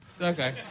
Okay